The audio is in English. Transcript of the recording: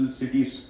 cities